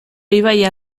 ibaia